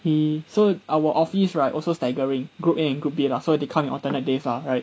he so our office right also staggering group A group B lah so they come in alternative days lah right